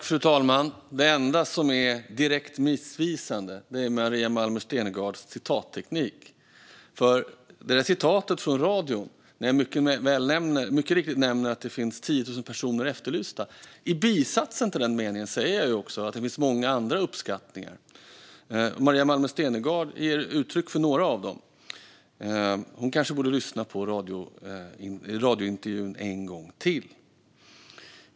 Fru talman! Det enda som är direkt missvisande är Maria Malmer Stenergards citatteknik. Hon hänvisar till ett citat från radion, där jag mycket riktigt nämner att det finns 10 000 personer som är efterlysta. Men i bisatsen till meningen säger jag också att det finns många andra uppskattningar. Maria Malmer Stenergard ger uttryck för några av dem. Hon kanske borde lyssna till radiointervjun en gång till.